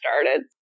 started